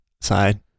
side